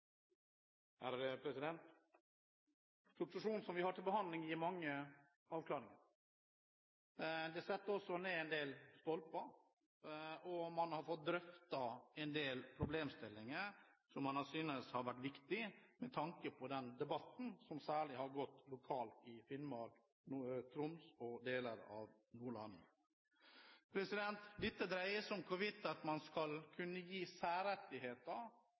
omme. Proposisjonen som vi har til behandling, gir mange avklaringer. Den setter også ned en del stolper, og man har fått drøftet en del problemstillinger som man synes har vært viktige med tanke på den debatten som særlig har gått lokalt i Finnmark, Troms og deler av Nordland. Dette dreier seg om hvorvidt man skal kunne gi særrettigheter